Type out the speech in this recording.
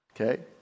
Okay